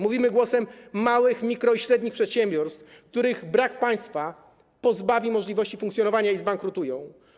Mówimy głosem małych, mikro- i średnich przedsiębiorstw, których brak państwa pozbawi możliwości funkcjonowania i zbankrutują.